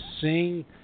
sing